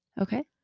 okay